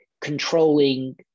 controlling